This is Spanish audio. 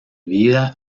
vida